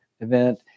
event